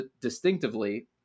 distinctively